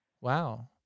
Wow